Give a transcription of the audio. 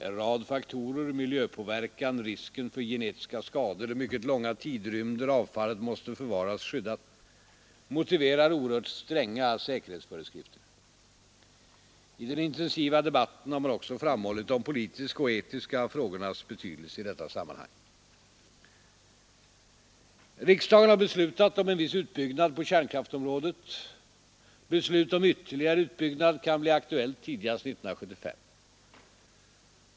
En rad faktorer — miljöpåverkan, risken för genetiska skador, de mycket långa tidrymder avfallet måste förvaras skyddat — motiverar oerhört stränga säkerhetsföreskrifter. I den intensiva debatten har man också framhållit de politiska och etiska frågornas betydelse i detta sammanhang. Riksdagen har beslutat om en viss utbyggnad på kärnkraftområdet. Beslut om ytterligare utbyggnad kan bli aktuellt tidigast 1975.